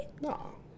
No